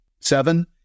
seven